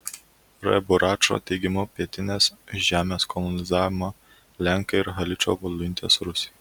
r buračo teigimu pietines žemes kolonizavo lenkai ir haličo voluinės rusai